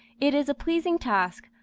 it is a pleasing task,